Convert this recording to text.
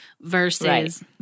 versus